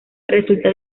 resulta